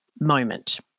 moment